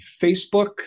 Facebook